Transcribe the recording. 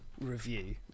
review